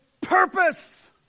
purpose